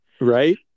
Right